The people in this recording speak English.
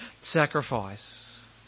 sacrifice